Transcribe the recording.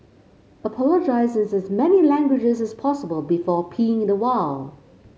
apologise in as many languages as possible before peeing in the wild